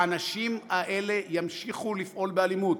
האנשים האלה ימשיכו לפעול באלימות.